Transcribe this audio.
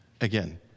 again